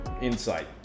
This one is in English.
insight